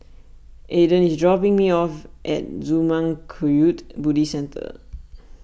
Aaden is dropping me off at Zurmang Kagyud Buddhist Centre